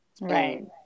right